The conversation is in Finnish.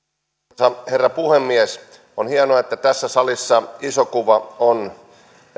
arvoisa herra puhemies on hienoa että tässä salissa iso kuva on